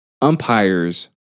umpires